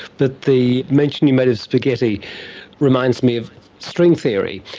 the the mention you made of spaghetti reminds me of string theory,